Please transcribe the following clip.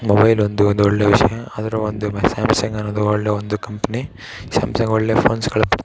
mobile ಒಂದು ಒಂದು ಒಳ್ಳೆಯ ವಿಷಯ ಆದರೂ ಒಂದು ಸ್ಯಾಮ್ಸಂಗ್ ಅನ್ನೋದು ಒಂದು ಒಳ್ಳೆಯ ಒಂದು ಕಂಪ್ನಿ ಸ್ಯಾಮ್ಸಂಗ್ ಒಳ್ಳೆಯ ಫೋನ್ಸುಗಳು ಕೊಡ್ತಾರೆ